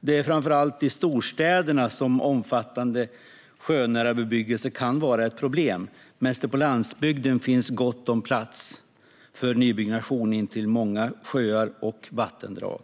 Det är framför allt i storstäderna som omfattande sjönära bebyggelse kan vara ett problem, medan det på landsbygden finns gott om plats för nybyggnation intill många sjöar och vattendrag.